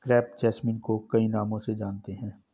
crepe jasmine को कई नामों से जानते हैं